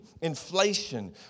inflation